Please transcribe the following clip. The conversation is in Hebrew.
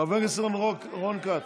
חבר הכנסת רון כץ.